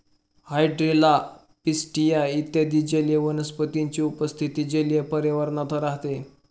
hydrilla, pistia इत्यादी जलीय वनस्पतींची उपस्थिती जलीय पर्यावरणात राहते